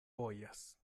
vojas